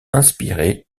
inspirés